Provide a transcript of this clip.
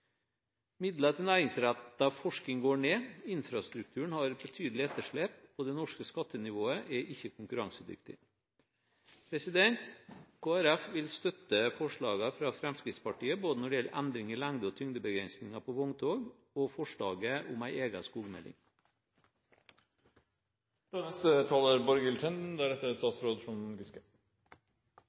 Midler til næringsrettet forskning går ned, infrastrukturen har betydelig etterslep, og det norske skattenivået er ikke konkurransedyktig. Kristelig Folkeparti vil støtte forslagene fra Fremskrittspartiet, både når det gjelder endringer i lengde- og tyngdebegrensninger på vogntog, og forslaget om en egen